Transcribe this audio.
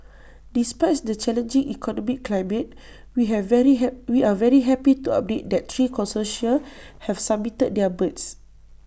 despite the challenging economic climate we have very hat we're very happy to update that three consortia have submitted their bids